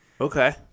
Okay